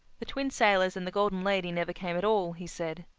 the twin sailors and the golden lady never came at all, he said.